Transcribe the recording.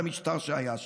על המשטר שהיה שם,